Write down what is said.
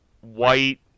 white